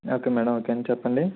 okay madam okay చెప్పండి